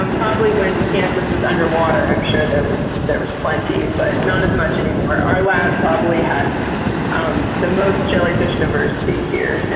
and when kansas was underwater, i'm sure there was there was plenty, but not as much anymore. our lab probably has um the most jellyfish diversity here